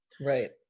Right